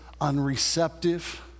unreceptive